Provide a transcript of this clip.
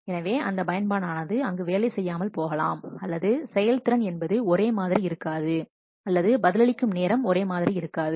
எனவே அந்த பயன்பாடானது அங்கு வேலை செய்யாமல் போகலாம் அல்லது செயல் திறன் என்பது ஒரே மாதிரி இருக்காது அல்லது பதிலளிக்கும் நேரம் ஒரே மாதிரி இருக்காது